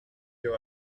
you